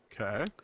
Okay